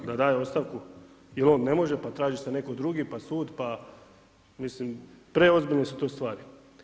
Da daje ostavku jer on ne može pa traži se netko drugi pa sud pa mislim, preozbiljne su to stvari.